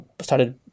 started